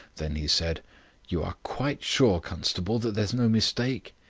then he said you are quite sure, constable, that there's no mistake?